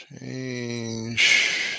Change